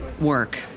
work